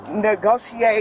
negotiate